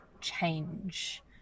change